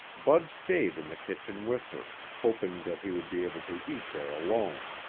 bud stayed in the kitchen with her, hoping that he would be able to eat there alone.